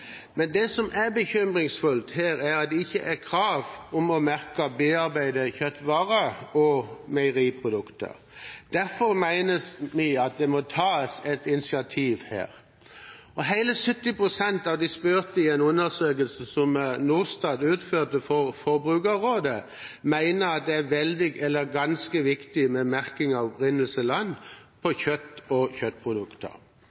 Men det som er bekymringsfullt her, er at det ikke er krav om å merke bearbeidete kjøttvarer og meieriprodukter. Derfor mener vi at det må tas et initiativ her. Hele 70 pst. av de spurte i en undersøkelse som Norstat utførte for Forbrukerrådet, mener at det er veldig viktig eller ganske viktig med merking av opprinnelsesland på kjøtt og kjøttprodukter.